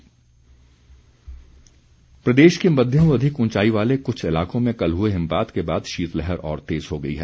मौसम प्रदेश के मध्यम व अधिक ऊंचाई वाले कुछ इलाकों में कल हुए हिमपात के बाद शीतलहर और तेज़ हो गई है